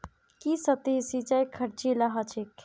की सतही सिंचाई खर्चीला ह छेक